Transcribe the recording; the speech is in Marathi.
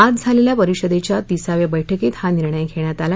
आज झालेल्या परिषदेच्या तिसाव्या बैठकीत हा निर्णय घेण्यात आला